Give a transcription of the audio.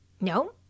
no